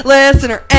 Listener